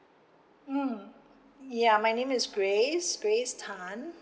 mm ya my name is grace grace tan